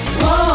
whoa